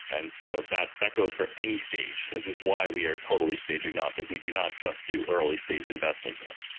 and so that that goes for any stage. this is why we are totally stage agnostic. we do not just do early-stage investing here.